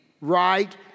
right